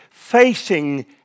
facing